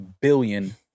billion